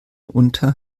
unter